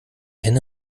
henne